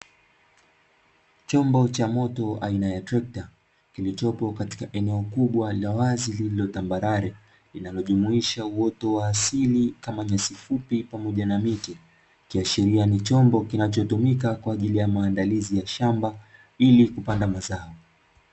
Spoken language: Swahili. Chombo cha moto aina ya trekta kilichopo katika eneo la wazi la tambarare linalojumuisha uwoto wa asili kama nyasi fupi pamoja na miti ikiashiria ni chombo kinachotumika kwajili ya maandalizi ya shamba ili kupanda mazao.